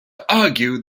argue